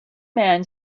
man